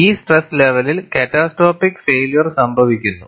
ഈ സ്ട്രെസ് ലെവലിൽ catastrophic failure സംഭവിക്കുന്നു